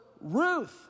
Ruth